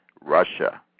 Russia